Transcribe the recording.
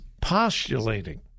postulating